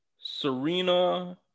Serena